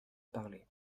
parlait